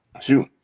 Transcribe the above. shoot